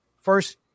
first